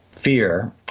fear